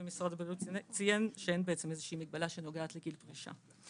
ומשרד הבריאות ציין שאין איזושהי מגבלה שנוגעת לגיל פרישה.